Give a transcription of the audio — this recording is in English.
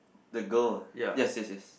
the girl ah yes yes yes